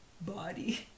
body